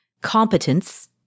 competence